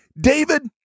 David